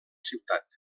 ciutat